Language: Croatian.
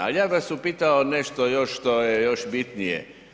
Ali ja bih vas upitao nešto još što je još bitnije.